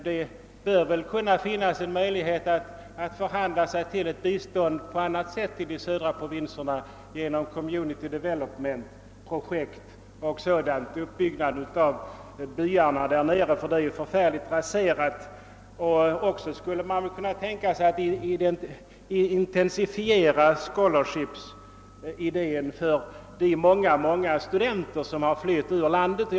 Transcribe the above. Det bör kunna finnas en möjlighet att förhandla sig till ett bistånd på annan väg i de södra provinserna genom community development-project eller liknande. På sådant sätt skulle man kunna bygga upp byarna därnere, eftersom dessa nu är svårt raserade. Man skulle också kunna tänka sig att intensifiera scholarship-idén, eftersom det är många studenter som flytt ur detta land.